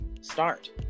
start